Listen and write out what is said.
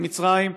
עם מצרים.